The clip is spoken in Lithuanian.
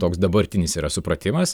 toks dabartinis yra supratimas